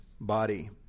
body